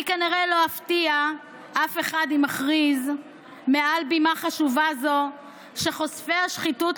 אני כנראה לא אפתיע אף אחד אם אכריז מעל בימה חשובה זו שחושפי שחיתויות,